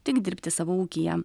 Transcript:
tik dirbti savo ūkyje